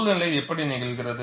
சூழ்நிலை எப்படி நிகழ்கிறது